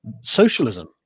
socialism